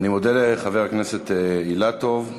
אני מודה לחבר הכנסת אילטוב.